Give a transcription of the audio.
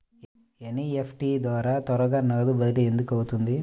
NEFT ద్వారా త్వరగా నగదు బదిలీ ఎందుకు అవుతుంది?